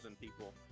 people